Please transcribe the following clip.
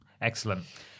excellent